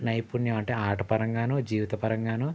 నైపుణ్యం అంటే ఆటపరంగానూ జీవితపరంగానూ